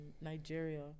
Nigeria